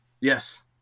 Yes